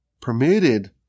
permitted